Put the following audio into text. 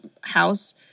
house